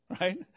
right